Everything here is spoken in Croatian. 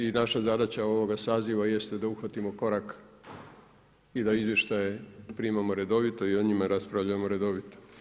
I naša zadaća ovoga saziva jeste da uhvatimo korak i da izvještaje primamo redovito i o njima raspravljamo redovito.